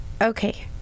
Okay